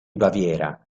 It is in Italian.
baviera